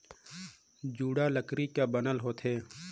जुड़ा लकरी कर बनल होथे